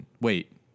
Wait